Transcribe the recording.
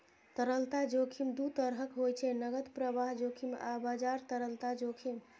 तरलता जोखिम दू तरहक होइ छै, नकद प्रवाह जोखिम आ बाजार तरलता जोखिम